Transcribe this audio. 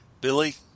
Billy